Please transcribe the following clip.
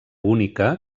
única